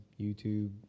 YouTube